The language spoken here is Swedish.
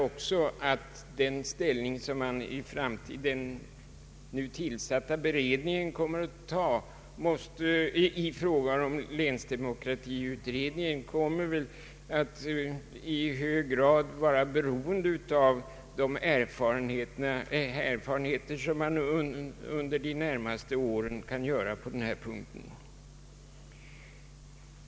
Vilken ställning den nu tillsatta beredningen i fråga om länsdemokratin kommer att inta blir nog i hög grad beroende av de erfarenheter som under de närmaste åren kan göras i fråga om lekmannarepresenta tionens möjlighet att göra sig gällande i länsstyrelsen.